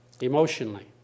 emotionally